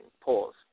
Pause